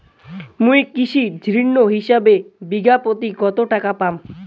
মুই কৃষি ঋণ হিসাবে বিঘা প্রতি কতো টাকা পাম?